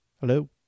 hello